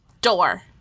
door